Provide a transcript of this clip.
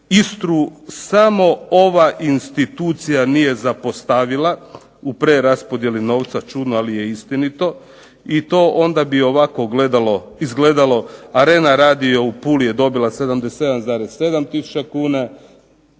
Istru samo ova institucija nije zapostavila u preraspodijeli novca, čudno ali je istinito. I to onda bi ovako izgledalo "Arena Radio" u Puli je dobila 77,7 tisuća kuna,